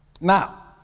Now